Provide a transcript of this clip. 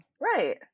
Right